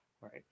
right